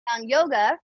yoga